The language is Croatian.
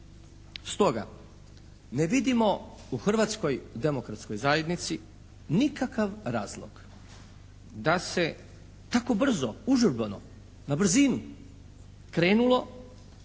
Stoga ne vidimo u Hrvatskoj demokratskoj zajednici nikakav razlog da se tako brzo, užurbano, na brzinu krenulo